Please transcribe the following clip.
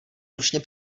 ručně